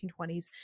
1920s